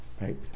right